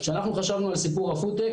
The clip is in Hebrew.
כשאנחנו חשבנו על סיפור הפודטק,